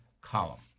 column